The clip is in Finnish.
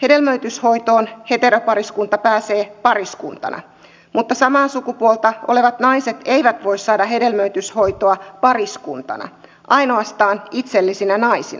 hedelmöityshoitoon heteropariskunta pääsee pariskuntana mutta samaa sukupuolta olevat naiset eivät voi saada hedelmöityshoitoa pariskuntana ainoastaan itsellisinä naisina